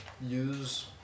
use